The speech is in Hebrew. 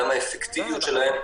וגם מבחינת האפקטיביות שלהם,